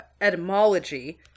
etymology